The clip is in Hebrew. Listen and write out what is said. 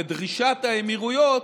לדרישת האמירויות,